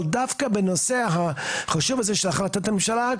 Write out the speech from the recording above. אבל דווקא בנושא החשוב הזה של החלטת הממשלה,